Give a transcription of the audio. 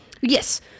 Yes